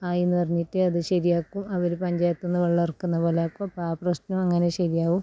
ആയെന്ന് പറഞ്ഞിട്ടത് ശരിയാക്കും അവർ പഞ്ചായത്തു നിന്ന് വെള്ളമിറക്കുന്നതു പോലെയാക്കും അപ്പോൾ ആ പ്രശ്നം അങ്ങനെ ശരിയാകും